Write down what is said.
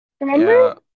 Remember